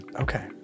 Okay